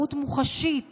הידרדרות מוחשית